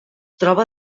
troba